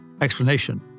explanation